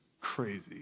crazy